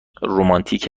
رومانتیک